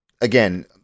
Again